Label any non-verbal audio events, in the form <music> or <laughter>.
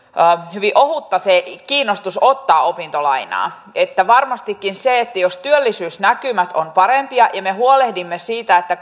hyvin ohutta se kiinnostus ottaa opintolainaa niin varmastikin jos työllisyysnäkymät ovat parempia ja me huolehdimme siitä että <unintelligible>